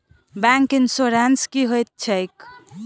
Bank insurance की होइत छैक?